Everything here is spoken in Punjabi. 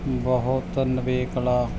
ਬਹੁਤ ਨਿਵੇਕਲਾ